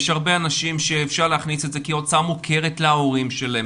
יש הרבה אנשים שאפשר להכניס את זה כהוצאה מוכרת להורים שלהם,